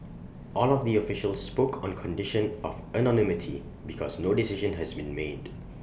all of the officials spoke on condition of anonymity because no decision has been made